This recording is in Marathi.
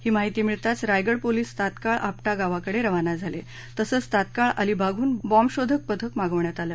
ही माहिती मिळताच रायगड पोलिस तात्काळ आपटा गावाकडे रवाना झाले तसंच तात्काळ अलिबागडून बॉम्बशोधक पथक मागवण्यात आलं